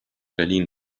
berlin